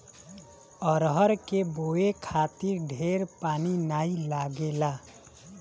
अरहर के बोए खातिर ढेर पानी नाइ लागेला